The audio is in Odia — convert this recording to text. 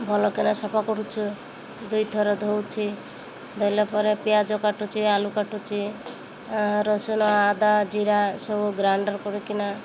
ଭଲ କିନା ସଫା କରୁଛୁ ଦୁଇ ଥର ଧୋଉଛି ଧୋଇଲା ପରେ ପିଆଜ କାଟୁଛି ଆଳୁ କାଟୁଛି ରସୁଣ ଆଦା ଜିରା ସବୁ ଗ୍ରାଇଣ୍ଡର୍ କରିକିନା